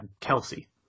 Kelsey